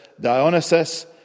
Dionysus